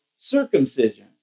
circumcision